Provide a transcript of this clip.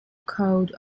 code